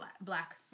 Black